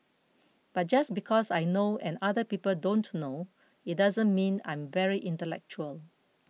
but just because I know and other people don't know it doesn't mean I'm very intellectual